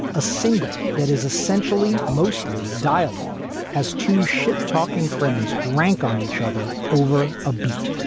a single that is essentially mostly dialogue as to shit talking friends rank on each other over a beat